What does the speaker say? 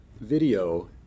video